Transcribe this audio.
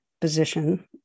Position